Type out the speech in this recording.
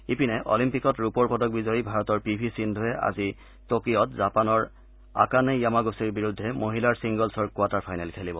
ইপিনে অলিম্পিকত ৰূপৰ পদক বিজয়ী ভাৰতৰ পি ভি সিদ্ধুবে আজি টকিঅ'ত জাপানৰ আকানে য়ামাগুচিৰ বিৰুদ্ধে মহিলাৰ ছিংগলছৰ কোৱাৰ্টাৰ ফাইনেল খেলিব